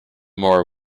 more